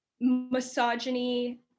misogyny